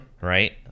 right